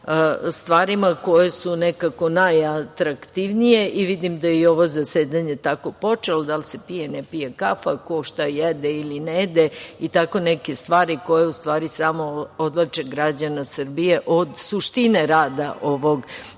stvarima koje su nekako najatraktivnije i vidim da je i ovo zasedanje tako počelo- da li se pije, ne pije kafa, ko šta jede ili ne jede i tako neke stvari koje u stvari samo odvlače građane Srbije od suštine rada ovog